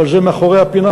אבל זה מאחורי הפינה,